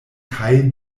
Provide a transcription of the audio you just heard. kaj